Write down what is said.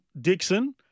Dixon